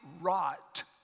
rot